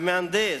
המהנדס,